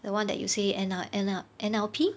the one that you say N_L N_L N_L_P